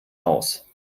aus